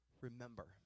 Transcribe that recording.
remember